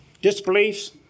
Disbeliefs